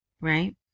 right